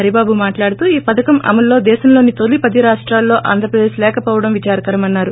హరిబాబు మాట్లాడుతూ ఈ పధకం అమల్లో దేశంలోని తొలి పది రాష్టాల్లో ఆంధ్రప్రదేశ్ లేకపోవడం విచారకరమన్నారు